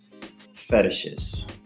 fetishes